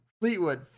Fleetwood